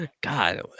god